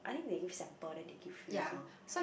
I think they give sample then they give free also